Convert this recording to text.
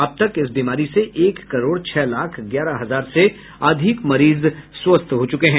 अब तक इस बीमारी से एक करोड छह लाख ग्यारह हजार से अधिक मरीज स्वस्थ हो चुके हैं